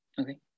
Okay